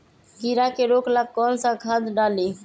कीड़ा के रोक ला कौन सा खाद्य डाली?